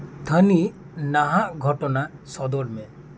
ᱛᱷᱟᱱᱤᱛ ᱱᱟᱦᱟᱜ ᱜᱷᱚᱴᱚᱱᱟ ᱥᱚᱫᱚᱨ ᱢᱮ